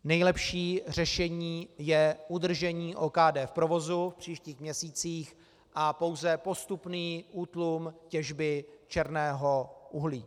Nejlepší řešení je udržení OKD v provozu v příštích měsících a pouze postupný útlum těžby černého uhlí.